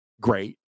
great